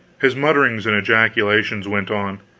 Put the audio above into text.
his mutterings and ejaculations went on.